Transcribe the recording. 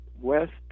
west